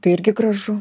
tai irgi gražu